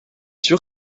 sûr